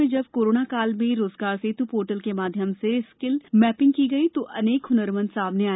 प्रदेश में जब कोरोना काल में रोजगार सेतु पोर्टल के माध्यम से स्किल मेपिंग की गई तो अनेक हुनरमंद सामने आए